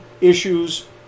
issues